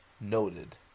noted